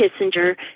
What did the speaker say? Kissinger